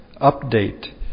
update